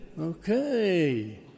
okay